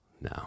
No